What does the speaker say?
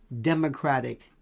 democratic